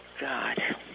God